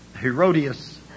Herodias